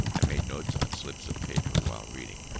i made notes on slips of paper while reading,